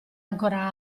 ancora